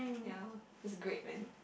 ye that is great man